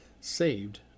saved